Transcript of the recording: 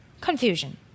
confusion